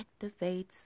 activates